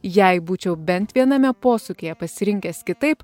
jei būčiau bent viename posūkyje pasirinkęs kitaip